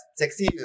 sexy